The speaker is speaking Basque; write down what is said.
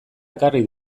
ekarri